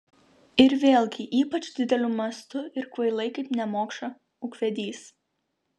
ir vėlgi ypač dideliu mastu ir kvailai kaip nemokša ūkvedys